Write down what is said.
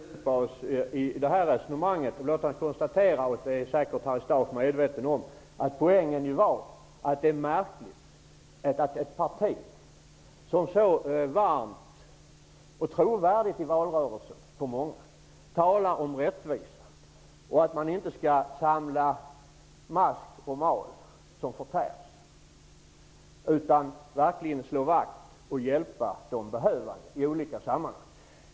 Herr talman! Låt oss inte fördjupa oss i det här resonemanget! Men låt oss konstatera det som Harry Staaf säkert är medveten om, nämligen att poängen är det märkliga i att ett parti som i valrörelsen så varmt och för många trovärdigt talar om rättvisa -- man säger att man inte skall samla mask och mal som förtär utan verkligen så vakt om och hjälpa de behövande i olika sammanhang -- inte gör det.